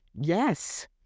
Yes